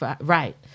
Right